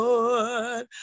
Lord